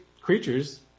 creatures